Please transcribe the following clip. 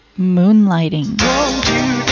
moonlighting